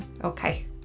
Okay